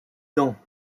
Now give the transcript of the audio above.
dents